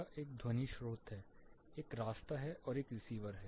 तो एक ध्वनि स्रोत है एक रास्ता है और एक रिसीवर है